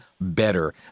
better